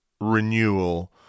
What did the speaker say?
renewal